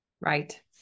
Right